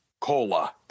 Cola